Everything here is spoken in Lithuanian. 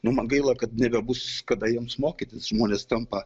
nu man gaila kad nebebus kada jiems mokyti žmonės tampa